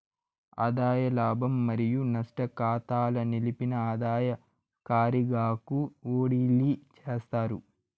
ఆదాయ లాభం మరియు నష్టం కాతాల నిలిపిన ఆదాయ కారిగాకు ఓడిలీ చేస్తారు